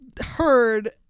heard